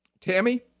tammy